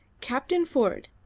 captain ford,